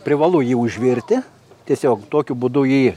privalu jį užvirti tiesiog tokiu būdu jį